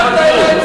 האלה.